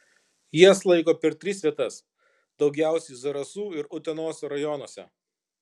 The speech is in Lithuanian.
jas laiko per tris vietas daugiausiai zarasų ir utenos rajonuose